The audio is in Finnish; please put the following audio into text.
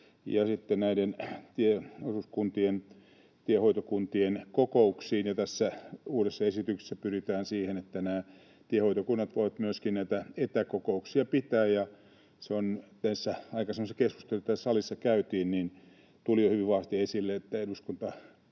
tieosuuskuntien, tiehoitokuntien kokouksiin. Tässä uudessa esityksessä pyritään siihen, että nämä tiehoitokunnat voivat myöskin näitä etäkokouksia pitää, ja se tässä aikaisemmassa keskustelussa, jota täällä salissa käytiin, tuli jo hyvin vahvasti esille, että eduskunta